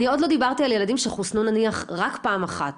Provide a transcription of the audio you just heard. אני עוד לא דיברתי על ילדים שחוסנו נניח רק פעם אחת